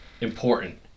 important